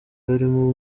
barimo